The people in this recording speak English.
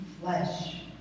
flesh